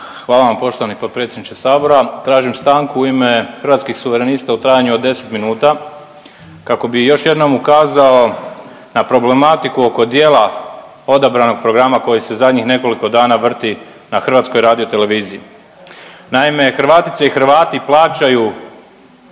Hvala vam poštovani potpredsjedniče sabora. Tražim stanku u ime Hrvatskih suverenista u trajanju od 10 minuta kako bi još jednom ukazao na problematiku oko djela odabranog programa koji se zadnjih nekoliko dana vrti na HRT-u. Naime, Hrvatice i Hrvati plaćaju